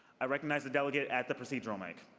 i recognize the delegate at the procedural mic.